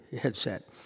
headset